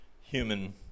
human